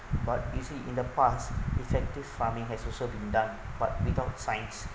but you see in the past effective farming has also been done but without science